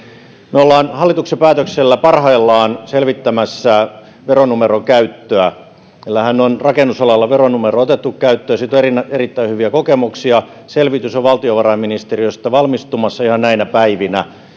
me olemme hallituksen päätöksellä parhaillaan selvittämässä veronumeron käyttöä meillähän on rakennusalalla veronumero otettu käyttöön ja siitä on erittäin hyviä kokemuksia selvitys on valtiovarainministeriöstä valmistumassa ihan näinä päivinä